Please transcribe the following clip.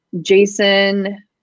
Jason